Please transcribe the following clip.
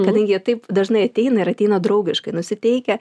kadangi jie taip dažnai ateina ir ateina draugiškai nusiteikę